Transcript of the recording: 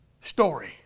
story